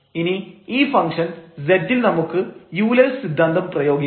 ഇനി ഈ function z ൽ നമുക്ക് യൂലെഴ്സ് സിദ്ധാന്തം Euler's Theorem പ്രയോഗിക്കാം